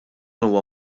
huwa